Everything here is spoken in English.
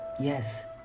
Yes